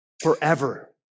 forever